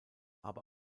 aber